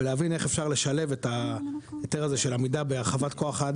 ולהבין איך אפשר לשלב את ההיתר של עמידה בהרחבת כוח האדם.